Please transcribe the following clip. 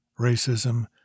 racism